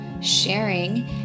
sharing